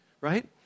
right